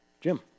Jim